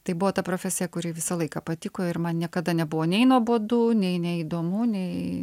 tai buvo ta profesija kuri visą laiką patiko ir man niekada nebuvo nei nuobodu nei neįdomu nei